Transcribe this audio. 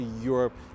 Europe